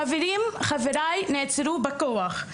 חברים, חבריי, נעצרו בכוח.